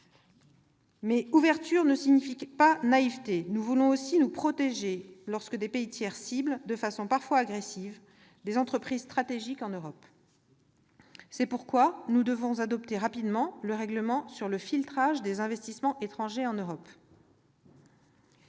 Mais ouverture ne signifie pas naïveté ; nous voulons aussi nous protéger lorsque des pays tiers ciblent, de façon parfois agressive, des entreprises stratégiques en Europe. C'est pourquoi nous devons adopter rapidement le règlement sur le filtrage des investissements étrangers en Europe.